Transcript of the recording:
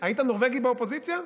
היית נורבגי באופוזיציה?